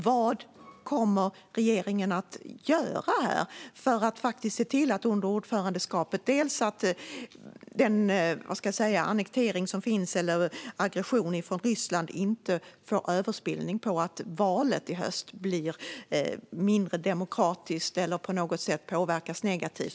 Vad kommer regeringen att göra för att under ordförandeskapet se till att den ryska aggressionen inte spiller över på valet i höst så att det blir mindre demokratiskt eller på något sätt påverkas negativt?